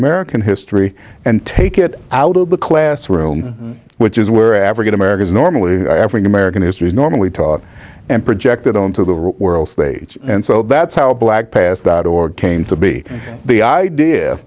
american history and take it out of the classroom which is where african americans normally african american history is normally taught and projected onto the world stage and so that's how black passed out or came to be the idea